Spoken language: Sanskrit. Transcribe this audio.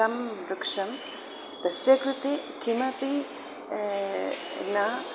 तं वृक्षं तस्य कृते किमपि न